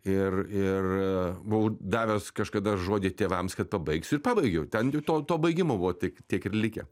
ir ir buvau davęs kažkada žodį tėvams kad pabaigsiu ir pabaigiau ten jau to to baigimo buvo tik tiek ir likę